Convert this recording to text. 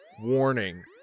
Warning